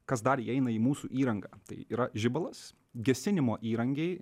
kas dar įeina į mūsų įrangą tai yra žibalas gesinimo įrankiai